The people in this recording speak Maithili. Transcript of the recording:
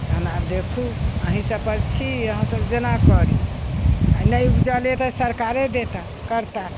तहन आब देखू अहीँ सबपर छी अहाँसब जेना करी आइ नहि उपजलै तऽ सरकारे देताह करताह